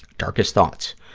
darkest thoughts.